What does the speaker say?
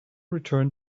return